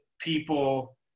people